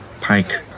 Pike